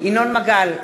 ינון מגל,